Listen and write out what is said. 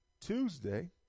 Tuesday